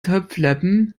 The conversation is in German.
topflappen